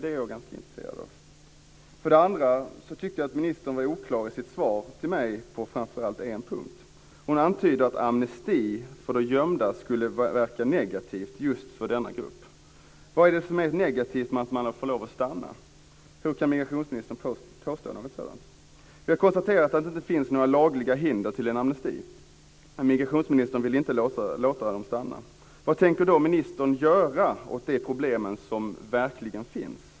Det är jag ganska intresserad av. Jag tyckte också att ministern var oklar i sitt svar till mig på framför allt en punkt. Hon antyder att amnesti för de gömda skulle verka negativt just för denna grupp. Vad är det som är negativt med att man får lov att stanna? Hur kan migrationsministern påstå något sådant? Vi har konstaterat att det inte finns några lagliga hinder för en amnesti, men migrationsministern vill inte låta dem stanna. Vad tänker då ministern göra åt de problem som verkligen finns?